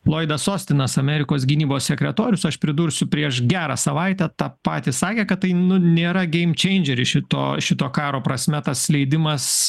loidas ostinas amerikos gynybos sekretorius aš pridursiu prieš gerą savaitę tą patį sakė kad tai nėra geim čeindžeris šito šito karo prasme tas leidimas